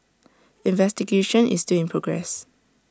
investigation is still in progress